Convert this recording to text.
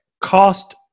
cost